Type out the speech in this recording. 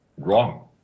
wrong